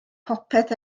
popeth